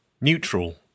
Neutral